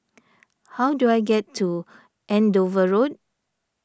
how do I get to Andover Road